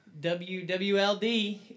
WWLD